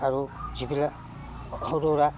আৰু যিবিলাক সৰু সুৰা